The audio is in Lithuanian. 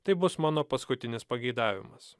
tai bus mano paskutinis pageidavimas